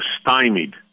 stymied